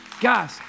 Guys